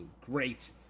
great